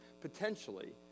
potentially